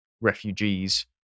refugees